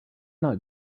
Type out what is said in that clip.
not